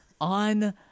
on